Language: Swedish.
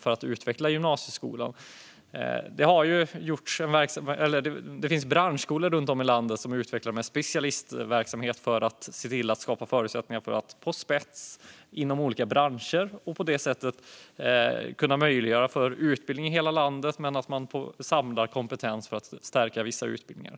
för att utveckla gymnasieskolan. Det finns runt om i landet branschskolor som utvecklar specialistverksamhet för att skapa förutsättningar att få spets inom olika branscher och på det sättet möjliggöra för utbildning i hela landet men samla kompetens för att stärka vissa utbildningar.